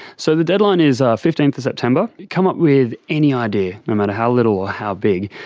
so the deadline is ah fifteenth of september. come up with any idea, no matter how little or how big,